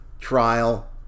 trial